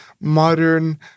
modern